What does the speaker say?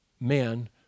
man